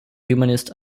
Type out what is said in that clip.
humanist